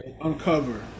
uncover